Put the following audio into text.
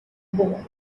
boy